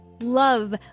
love